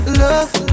love